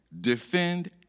defend